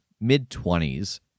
mid-twenties